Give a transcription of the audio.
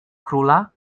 króla